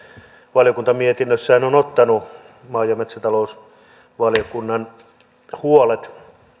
valiokunta mietinnössään on on ottanut maa ja metsätalousvaliokunnan huolet